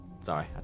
Sorry